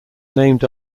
named